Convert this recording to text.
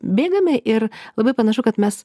bėgame ir labai panašu kad mes